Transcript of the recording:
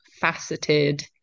faceted